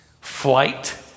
flight